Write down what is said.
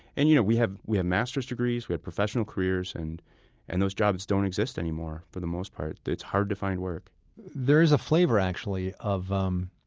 and you know, we have we have master's degrees, we had professional careers, careers, and and those jobs don't exist anymore for the most part. it's hard to find work there is a flavor, actually, of um